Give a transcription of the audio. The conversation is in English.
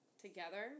Together